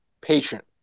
patient